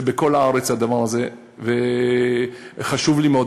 זה בכל הארץ, הדבר הזה, והנושא חשוב לי מאוד.